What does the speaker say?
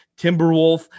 Timberwolf